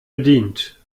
bedient